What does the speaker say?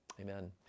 amen